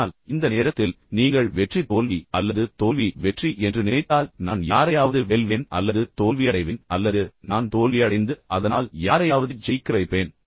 ஆனால் இந்த நேரத்தில் நீங்கள் வெற்றி தோல்வி அல்லது தோல்வி வெற்றி என்று நினைத்தால் நான் யாரையாவது வெல்வேன் அல்லது தோல்வி அடைவேன் அல்லது நான் தோல்வி அடைந்து அதனால் யாரையாவது ஜெயிக்க வைப்பேன்